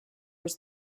was